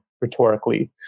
rhetorically